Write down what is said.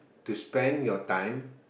to spend your time